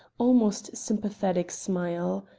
almost sympathetic, smile.